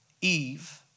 Eve